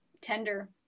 tender